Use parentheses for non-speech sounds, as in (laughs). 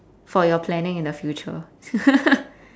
for your planning in the future (laughs)